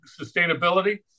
sustainability